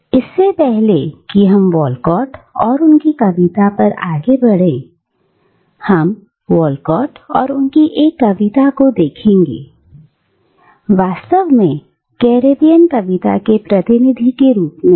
लेकिन इससे पहले कि हम वॉलकॉट और उनकी कविता पर आगे बढ़े हम वॉलकॉट और उनकी एक कविता को देखेंगे वास्तव में कैरेबियन कविता के प्रतिनिधि के रूप में